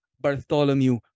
Bartholomew